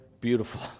beautiful